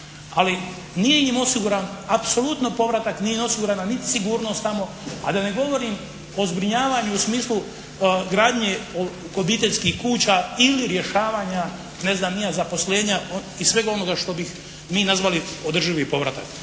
ali nije im osiguran apsolutno povratak, nije im osigurana niti sigurnost tamo a da ne govorim o zbrinjavanju u smislu gradnje obiteljskih kuća ili rješavanja ne znam ni ja zaposlenja i svega onoga što bi mi nazvali održivi povratak.